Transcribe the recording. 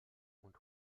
und